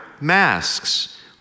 masks